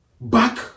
Back